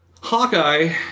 Hawkeye